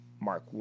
Mark